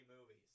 movies